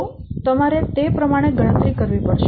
તો તમારે તે પ્રમાણે ગણતરી કરવી પડશે